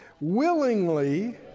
Willingly